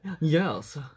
Yes